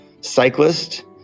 cyclist